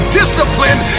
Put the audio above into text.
discipline